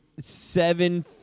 seven